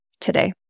today